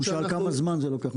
הוא שאל, כמה זמן זה לוקח.